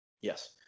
Yes